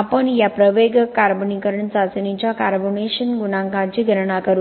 आपण या प्रवेगक कार्बनीकरण चाचणीच्या कार्बनेशन गुणांकाची गणना करू